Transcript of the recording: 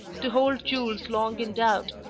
to hold jules long in doubt,